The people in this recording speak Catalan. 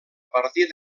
partir